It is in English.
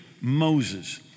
Moses